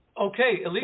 Okay